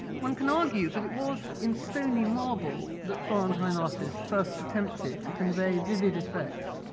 one can argue that it was in stony marble that florentine artists first attempted to convey vivid effects,